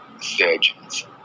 surgeons